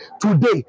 Today